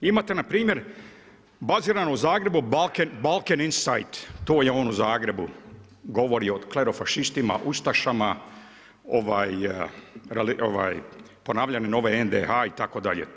Imate npr. baziranu u Zagrebu, Balkan Insight, to je ono u Zagrebu, govori o klerofašistima, ustašama, ponavljanju nove NDH-a itd.